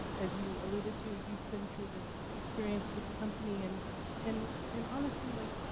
as you alluded to, you've been through this experience with the company, and and and honestly, like,